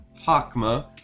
Hakma